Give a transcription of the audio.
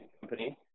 company